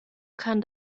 kann